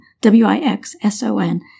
W-I-X-S-O-N